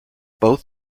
both